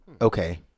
okay